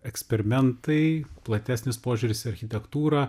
eksperimentai platesnis požiūris į architektūrą